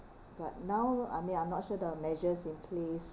but now I mean I'm not sure the measures in place